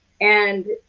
and